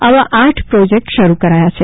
આવા આઠ પ્રોજેક્ટ શરૂ કરાયા છે